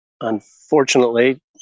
unfortunately